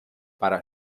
para